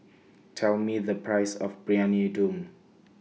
Tell Me The Price of Briyani Dum